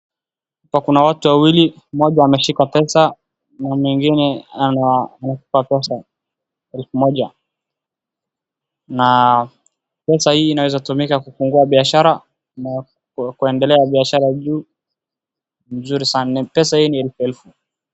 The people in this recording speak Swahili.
Hapa kuna watu wawili mmoja ameshika pesa na mwingine anampa pesa elfu moja na pesa hii inaweza tumika kufungua biashara na kuendelea na biashara juu ni nzuri sana, pesa hii ni elfu elfu.